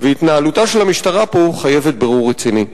והתנהלותה של המשטרה פה חייבת בירור רציני.